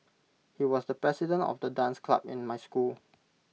he was the president of the dance club in my school